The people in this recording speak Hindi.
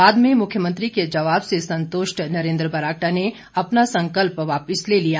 बाद में मुख्यमंत्री के जवाब से संतृष्ट नरेंद्र बरागटा ने अपना संकल्प वापिस ले लिया